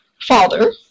father